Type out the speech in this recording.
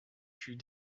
fut